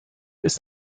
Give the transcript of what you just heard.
ist